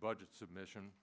budget submission